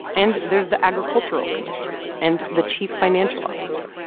and there's the agricultural commissioner and the chief financial officer.